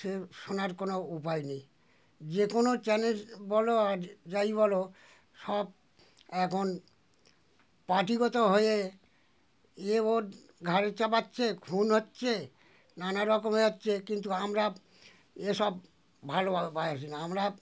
সে শোনার কোনো উপায় নেই যে কোনো চ্যানেল বলো আর যাই বলো সব এখন পার্টিগত হয়ে এ ওর ঘাড়ে চাপাচ্ছে খুন হচ্ছে নানা রকমের যাচ্ছে কিন্তু আমরা এসব ভালোবাসি না আমরা